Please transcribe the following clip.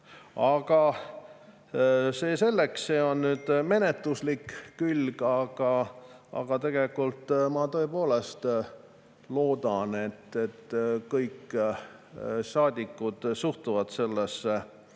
See selleks, see on menetluslik külg. Tegelikult ma tõepoolest loodan, et kõik saadikud suhtuvad sellesse